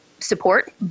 support